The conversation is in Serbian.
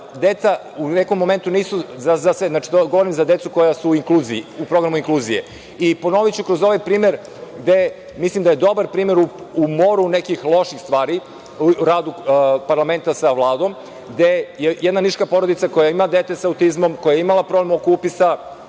deca u određenom momentu nisu za sve. To vam govorim za decu koja su u programu inkluzije. Ponoviću kroz ovaj primer, mislim da je dobar primer u moru nekih loših stvari, u radu parlamenta sa Vladom, gde jedna niška porodica koja ima dete sa autizmom, koja je imala problem oko upisa,